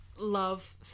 love